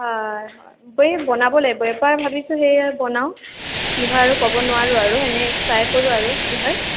হয় হয় এই বনাব লাগিব এইবাৰ ভাবিছোঁ সেয়ে বনাওঁ কি হয় আৰু ক'ব নোৱাৰোঁ আৰু এনেই ট্ৰাই কৰোঁ আৰু কি হয়